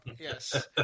Yes